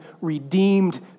redeemed